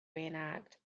reenact